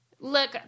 look